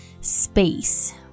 space